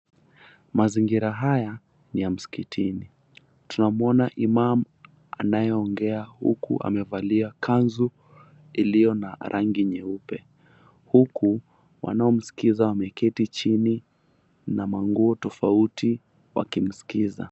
Mazingira haya ni ya msikitini, tunamwona Imam anayeongea huku amevalia kanzu iliona rangi nyeupe huku wanaomsikiza wameketi chini na manguo tofauti wakimskiza.